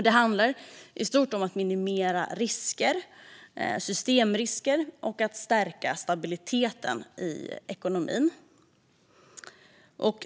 Det handlar i stort om att minimera systemrisker och att stärka stabiliteten i ekonomin.